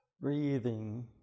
breathing